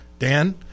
Dan